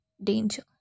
danger